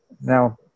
Now